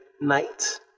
night